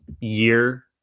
year